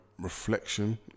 Reflection